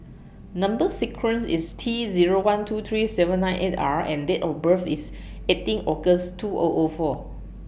Number sequence IS T Zero one two three seven nine eight R and Date of birth IS eighteen August two O O four